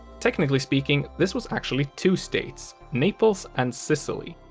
technically speaking, this was actually two states, naples and sicily,